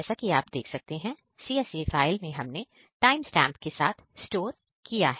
जैसा कि आप देख सकते हैं CSV फाइल में हमने टाइमस्टैंप के साथ स्टोर किया है